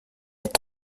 sept